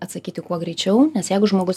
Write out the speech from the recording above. atsakyti kuo greičiau nes jeigu žmogus